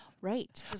Right